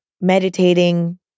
meditating